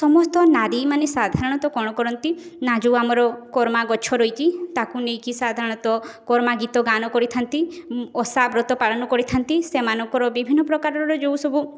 ସମସ୍ତ ନାରୀମାନେ ସାଧାରଣତଃ କ'ଣ କରନ୍ତି ନା ଯେଉଁ ଆମର କରମା ଗଛ ରହିଛି ତାକୁ ନେଇକି ସାଧାରଣତଃ କରମା ଗୀତ ଗାନ କରିଥାନ୍ତି ଓଷା ବ୍ରତ ପାଳନ କରିଥାନ୍ତି ସେମାନଙ୍କର ବିଭିନ୍ନ ପ୍ରକାରର ଯେଉଁସବୁ